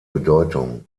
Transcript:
bedeutung